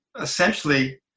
essentially